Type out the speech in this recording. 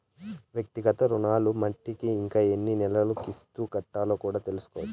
వ్యక్తిగత రుణాలు మట్టికి ఇంకా ఎన్ని నెలలు కిస్తులు కట్టాలో కూడా తెల్సుకోవచ్చు